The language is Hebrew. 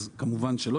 כמובן שלא,